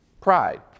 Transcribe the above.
pride